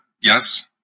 yes